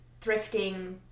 thrifting